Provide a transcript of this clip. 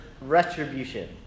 retribution